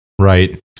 right